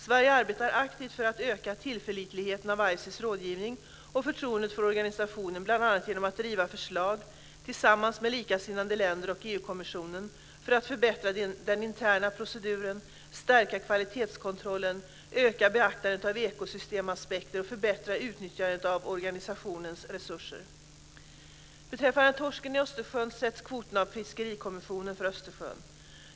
Sverige arbetar aktivt för att öka tillförlitligheten i ICES rådgivning och förtroendet för organisationen, bl.a. genom att driva förslag - tillsammans med likasinnade länder och EU-kommissionen - för att förbättra den interna proceduren, stärka kvalitetskontrollen, öka beaktandet av ekosystemaspekter och förbättra utnyttjandet av organisationens resurser. Fiskerikommissionen för Östersjön.